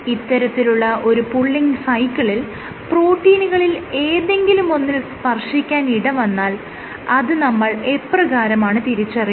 ഇത്തരത്തിലുള്ള ഒരു പുള്ളിങ് സൈക്കിളിൽ പ്രോട്ടീനുകളിൽ ഏതെങ്കിലുമൊന്നിൽ സ്പർശിക്കാൻ ഇടവന്നാൽ അത് നമ്മൾ എപ്രകാരമാണ് തിരിച്ചറിയുന്നത്